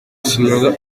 isinywa